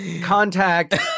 contact